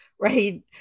right